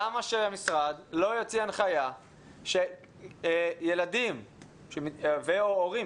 למה שהמשרד לא יוציא הנחיה שילדים ו/או הורים,